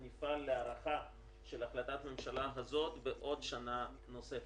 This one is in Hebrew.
נפעל להארכה של החלטת הממשלה הזאת בשנה נוספת,